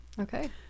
Okay